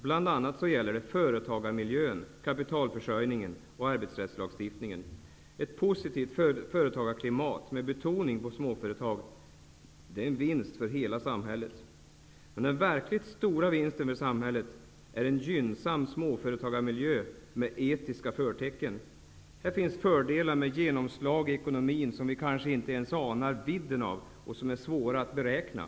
Det gäller bl.a. företagarmiljön, kapitalförsörjningen och arbetsrättslagstiftningen. Ett positivt företagarklimat med betoning på småföretagen är en vinst för hela samhället. Den verkligt stora vinsten för samhället är en gynnsam småföretagarmiljö med etiska förtecken. Här finns fördelar med genomslag i ekonomin, som vi kanske inte ens anar vidden av och som är svåra att beräkna.